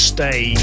Stay